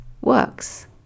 works